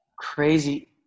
crazy